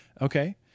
Okay